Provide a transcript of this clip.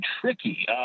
tricky